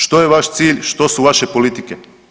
Što je vaš cilj, što su vaše politike?